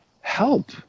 help